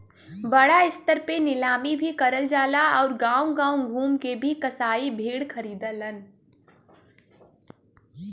बड़ा स्तर पे नीलामी भी करल जाला आउर गांव गांव घूम के भी कसाई भेड़ खरीदलन